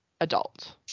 adult